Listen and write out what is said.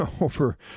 over